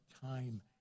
time